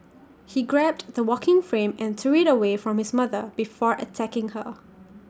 he grabbed the walking frame and threw IT away from his mother before attacking her